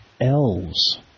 Elves